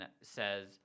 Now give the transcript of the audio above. says